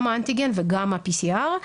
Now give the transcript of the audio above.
גם האנטיגן וגם ה-PCR.